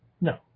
no